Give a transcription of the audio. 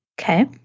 Okay